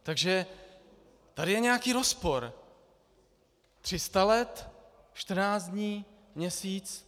Takže tady je nějaký rozpor 300 let, 14 dní, měsíc.